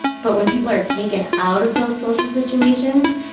but when people are taken out of those social situations,